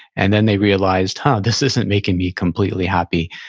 and then they realized, huh, this isn't making me completely happy.